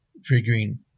Figuring